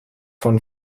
von